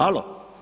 Alo.